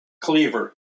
Cleaver